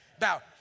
Now